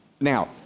Now